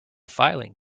filing